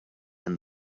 and